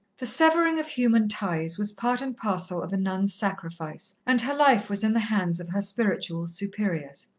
the severing of human ties was part and parcel of a nun's sacrifice, and her life was in the hands of her spiritual superiors.